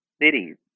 cities